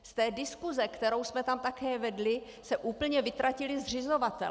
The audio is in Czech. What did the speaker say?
Z diskuse, kterou jsme tam také vedli, se úplně vytratili zřizovatelé.